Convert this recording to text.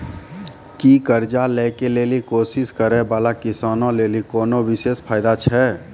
कि कर्जा लै के लेली कोशिश करै बाला किसानो लेली कोनो विशेष फायदा छै?